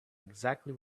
exactly